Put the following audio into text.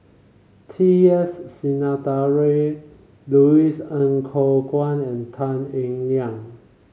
T S Sinnathuray Louis Ng Kok Kwang and Tan Eng Liang